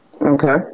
Okay